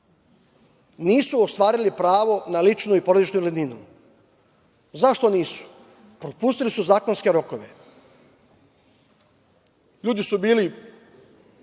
nisu ostvarili pravo na ličnu i porodičnu invalidninu.Zašto nisu? Propustili su zakonske rokove. LJudi su bili